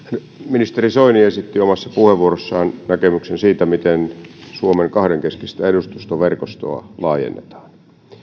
ministeri soini esitti omassa puheenvuorossaan näkemyksen siitä miten suomen kahdenkeskistä edustustoverkostoa laajennetaan